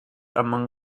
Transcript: among